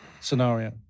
scenario